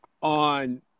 on